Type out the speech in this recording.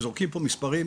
זורקים פה מספרים,